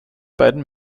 beiden